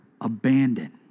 abandoned